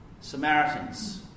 Samaritans